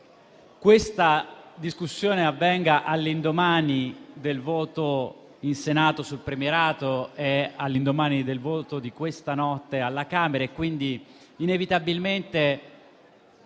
questa discussione avvenga all'indomani del voto in Senato sul premierato e del voto di questa notte alla Camera, quindi inevitabilmente